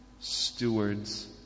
stewards